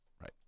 Right